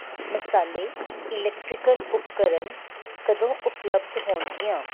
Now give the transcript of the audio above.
ਮਸਾਲੇ ਇਲੈਕਟ੍ਰੀਕਲ ਉਪਕਰਨ ਕਦੋਂ ਉਪਲਬਧ ਹੋਣਗੀਆਂ